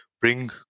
bring